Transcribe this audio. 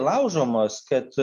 laužomos kad